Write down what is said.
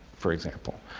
for example.